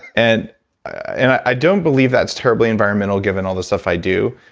and i don't believe that's terribly environmental, given all the stuff i do.